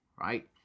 right